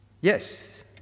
Yes